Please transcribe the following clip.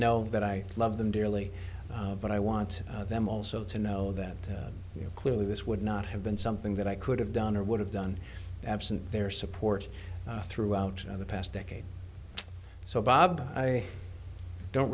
know that i love them dearly but i want them also to know that clearly this would not have been something that i could have done or would have done absent their support throughout the past decade so bob i don't